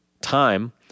time